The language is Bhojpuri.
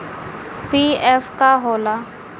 पी.एफ का होला?